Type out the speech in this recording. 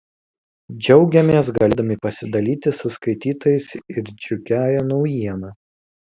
džiaugiamės galėdami pasidalyti su skaitytojais ir džiugiąja naujiena